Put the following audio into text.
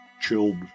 chilled